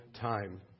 time